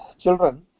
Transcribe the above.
children